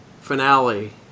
finale